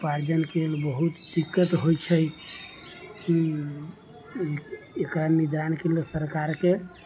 उपार्जनके लेल बहुत बहुत दिक्कत होइ छै एकरा निदानके लिए सरकारके